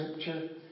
scripture